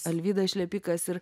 alvydas šlepikas ir